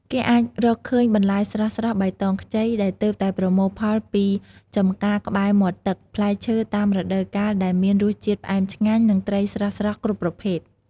គេអាចរកឃើញបន្លែស្រស់ៗបៃតងខ្ចី ដែលទើបតែប្រមូលផលពីចំការក្បែរមាត់ទឹក ផ្លែឈើតាមរដូវកាលដែលមានរសជាតិផ្អែមឆ្ងាញ់ និងត្រីស្រស់ៗគ្រប់ប្រភេទ។